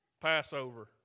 Passover